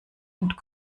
und